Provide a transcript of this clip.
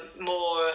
more